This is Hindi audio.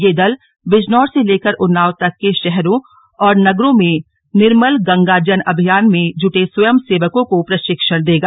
ये दल बिजनौर से लेकर उन्नाव तक के शहरों और नगरों में निर्मल गंगा जन अभियान में जुटे स्वयं सेवकों को प्रशिक्षण देगा